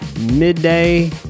midday